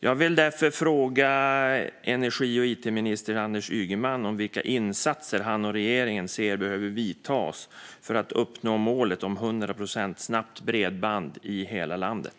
Jag vill därför fråga energi och it-minister Anders Ygeman vilka insatser han och regeringen anser behöver göras för att man ska uppnå målet om 100 procents snabbt bredband i hela landet.